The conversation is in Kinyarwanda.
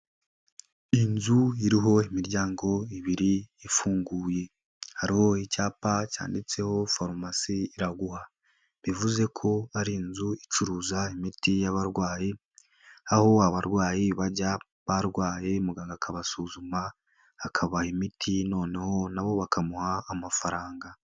Inzu iriho imiryango ibiri ifunguye, hariho icyapa cyanditseho farumasi Iraguha, bivuze ko ari inzu icuruza imiti y'abarwayi aho abarwayi bajya barwaye muganga akabasuzuma akabaha imiti noneho na bo bakamuha amafaranga.